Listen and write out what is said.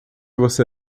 você